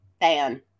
fan